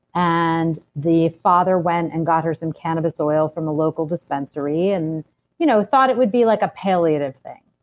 and the father went and got her some cannabis oil from the local dispensary and you know thought it would be like a palliative thing.